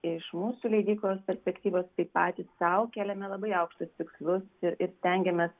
iš mūsų leidyklos perspektyvos tai patys sau kelėme labai aukštus tikslus ir stengėmės